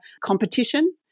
competition